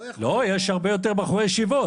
לא, יש הרבה יותר בחורי ישיבות.